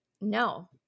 no